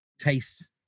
taste